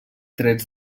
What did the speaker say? trets